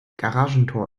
garagentor